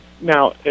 Now